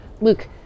Luke